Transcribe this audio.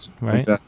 right